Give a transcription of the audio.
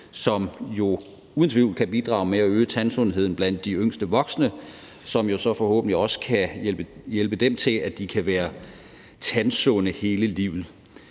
som uden tvivl kan bidrage til at øge tandsundheden blandt de yngste voksne, og det kan forhåbentlig også hjælpe dem til, at de kan være tandsunde hele livet.